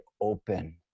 open